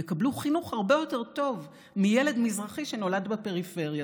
יקבלו חינוך הרבה יותר טוב מילד מזרחי שנולד בפריפריה.